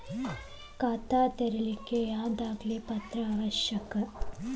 ಖಾತಾ ತೆರಿಲಿಕ್ಕೆ ಯಾವ ದಾಖಲೆ ಪತ್ರ ಅವಶ್ಯಕ?